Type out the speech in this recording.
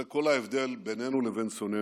זה כל ההבדל ביננו לבין שונאינו,